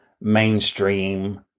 mainstream